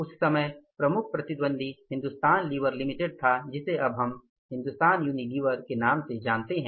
उस समय प्रमुख प्रतिद्वन्धी हिंदुस्तान लीवर लिमिटेड था जिसे अब हम हिंदुस्तान यूनिलीवर के नाम से जानते हैं